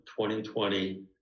2020